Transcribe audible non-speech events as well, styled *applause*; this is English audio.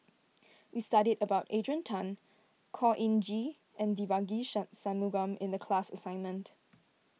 we studied about Adrian Tan Khor Ean Ghee and Devagi *unintelligible* Sanmugam in the class assignment